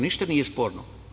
Ništa nije sporno.